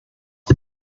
vor